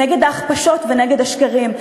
נגד ההכפשות ונגד השקרים,